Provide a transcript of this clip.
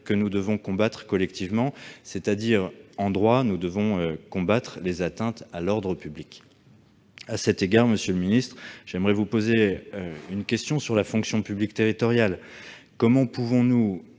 que nous devons combattre collectivement, c'est-à-dire que, en droit, nous devons combattre les atteintes à l'ordre public. À cet égard, monsieur le ministre, j'aimerais vous poser une question sur la fonction publique territoriale : comment pouvons-nous